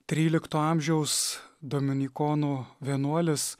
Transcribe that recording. trylikto amžiaus dominikonų vienuolis